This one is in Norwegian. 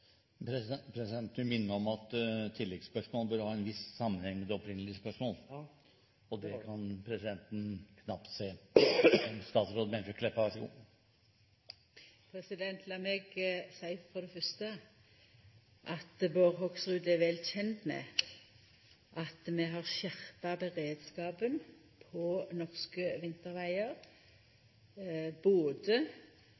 om at tilleggspørsmålet bør ha en viss sammenheng med det opprinnelige spørsmålet. Ja, det har det, president. Det kan presidenten knapt se. Lat meg for det fyrste seia at Bård Hoksrud er vel kjend med at vi har skjerpa beredskapen på norske